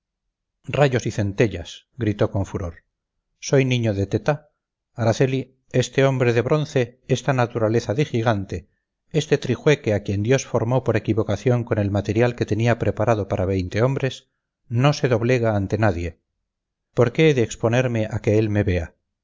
rayos y centellas gritó con furor soy niño de teta araceli este hombre de bronce esta naturaleza de gigante este trijueque a quien dios formó por equivocación con el material que tenía preparado para veinte hombres no se doblega ante nadie por qué he de exponerme a que él me vea